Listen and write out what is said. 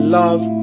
love